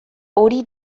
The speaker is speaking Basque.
hori